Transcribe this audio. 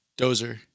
Dozer